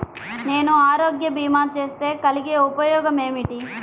నేను ఆరోగ్య భీమా చేస్తే కలిగే ఉపయోగమేమిటీ?